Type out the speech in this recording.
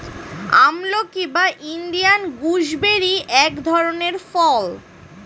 আমলকি বা Indian gooseberry এক ধরনের ফল